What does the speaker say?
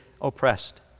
oppressed